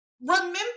Remember